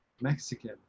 mexican